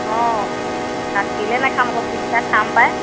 অঁ তাত কেলে নেখাম আকৌ ফোছকা খাম পায়